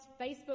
Facebook